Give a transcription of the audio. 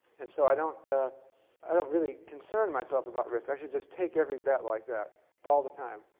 and so i don't ah i don't really concern myself about risk. i should just take every bet like that all the time.